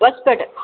Hospete